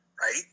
right